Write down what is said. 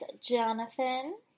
Jonathan